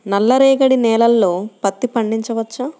నల్ల రేగడి నేలలో పత్తి పండించవచ్చా?